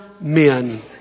men